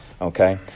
Okay